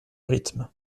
rythme